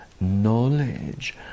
knowledge